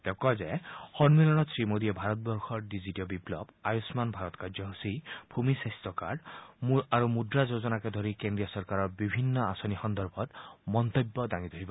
তেওঁ কয় যে সন্মিলনত শ্ৰীমোডীয়ে ভাৰতবৰ্ষৰ ডিজিটিয় বিপ্লৱ আয়ুন্মান ভাৰত কাৰ্যসূচী ভূমি স্বাস্থ্য কাৰ্ড মুদ্ৰা যোজনাকে ধৰি কেন্দ্ৰীয় চৰকাৰৰ বিভিন্ন আঁচনি সন্দৰ্ভত মন্তব্য দাঙি ধৰিব